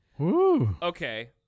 Okay